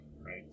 right